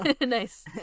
Nice